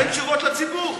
אולי תיתן תשובות לציבור?